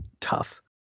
tough